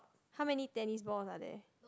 how many tennis balls are there